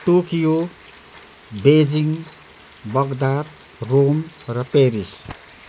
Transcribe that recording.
Tokyo Beijing Baghdad Rome र Paris